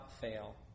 fail